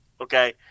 okay